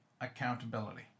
accountability